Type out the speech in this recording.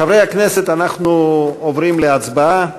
חברי הכנסת, אנחנו עוברים להצבעה.